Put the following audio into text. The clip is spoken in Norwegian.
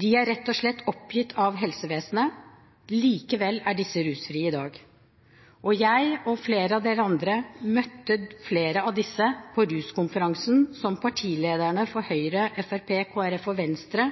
De er rett og slett oppgitt av helsevesenet. Likevel er disse rusfrie i dag. Jeg, og flere av dere, møtte flere av dem på ruskonferansen som partilederne for Høyre, Fremskrittspartiet, Kristelig Folkeparti og Venstre